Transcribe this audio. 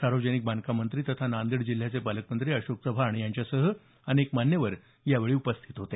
सार्वजनिक बांधकाम मंत्री तथा नांदेड जिल्ह्याचे पालकमंत्री अशोक चव्हाण यांच्या सह अनेक मान्यवर यावेळी उपस्थित होते